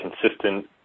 consistent